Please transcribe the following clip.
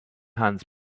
hands